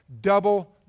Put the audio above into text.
double